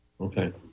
Okay